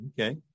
Okay